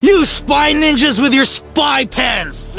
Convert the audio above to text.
you spy ninjas with your spy pens.